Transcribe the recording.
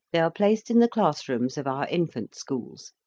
they are placed in the class rooms of our infant schools,